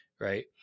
right